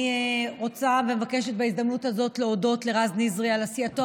אני רוצה ומבקשת בהזדמנות הזאת להודות לרז נזרי על עשייתו